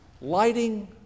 lighting